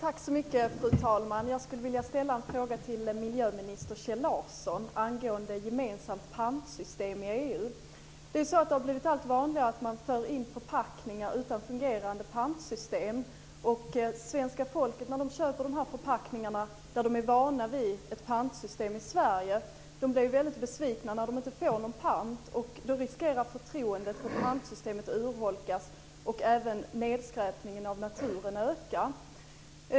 Fru talman! Jag skulle vilja ställa en fråga till miljöminister Kjell Larsson angående gemensamt pantsystem i EU. Det har blivit allt vanligare att man för in förpackningar utan fungerande pantsystem. Svenska folket är vant vid ett pantsystem i Sverige. När man köper dessa förpackningar blir man väldigt besviken när man inte får någon pant, och förtroendet för pantsystemet riskerar att urholkas och nedskräpningen av naturen att öka.